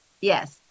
Yes